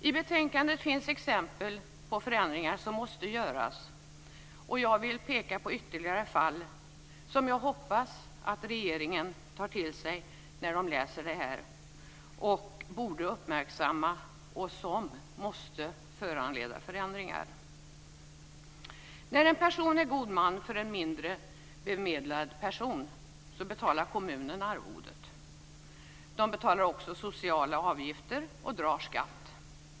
I betänkandet ges exempel på förändringar som måste göras, och jag vill peka på ytterligare fall som jag hoppas att regeringen ska ta till sig, fall som borde uppmärksammas och som måste föranleda förändringar. När en person är god man för en mindre bemedlad person betalar kommunen arvodet. Den betalar också sociala avgifter och drar skatt.